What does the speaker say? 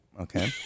okay